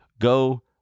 Go